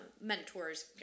mentors